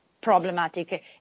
problematic